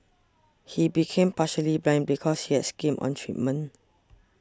he became partially blind because he has skimmed on treatment